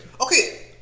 Okay